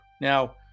Now